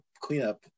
cleanup